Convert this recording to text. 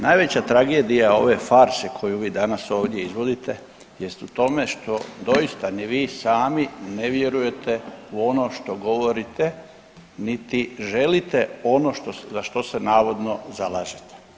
Najveća tragedija ove fase koju vi danas ovdje izvodite jest u tome što doista ni vi sami ne vjerujete u ono što govorite niti želite ono za što se navodno zalažete.